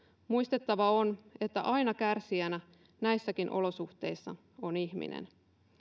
muistettava on että kärsijänä näissäkin olosuhteissa on aina ihminen